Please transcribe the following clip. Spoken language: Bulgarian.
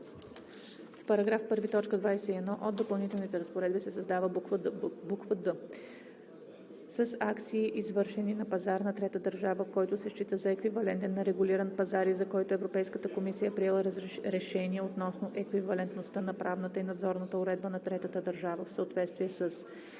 В § 1, т. 21 от допълнителните разпоредби се създава буква „д“: „д) с акции, извършени на пазар на трета държава, който се счита за еквивалентен на регулиран пазар и за който Европейската комисия е приела решение относно еквивалентността на правната и надзорната уредба на третата държава в съответствие с